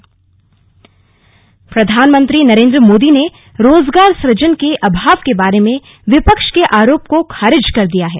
साक्षात्कार प्रधानमंत्री नरेन्द्र मोदी ने रोजगार सुजन के अभाव के बारे में विपक्ष के आरोप को खारिज कर दिया है